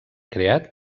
creat